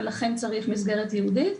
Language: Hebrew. ולכן צריך מסגרת ייעודית.